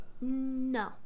No